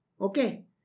Okay